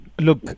Look